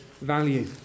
value